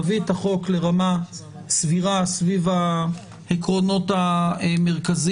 נביא את החוק לרמה סבירה סביב העקרונות המרכזיים,